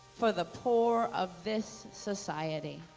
for the poor of this society.